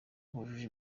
bujuje